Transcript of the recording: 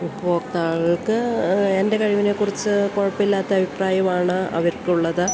ഇപ്പോഴത്തെ ആളുകൾക്ക് എൻ്റെ കഴിവിനെക്കുറിച്ച് കുഴപ്പമില്ലാത്ത അഭിപ്രായമാണ് അവർക്കുള്ളത്